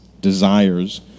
desires